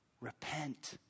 Repent